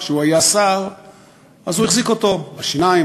כשהוא היה שר הוא החזיק אותו בשיניים,